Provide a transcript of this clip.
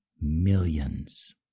millions